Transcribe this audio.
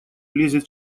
лезет